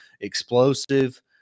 explosive